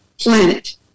planet